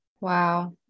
Wow